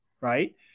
Right